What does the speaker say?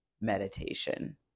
meditation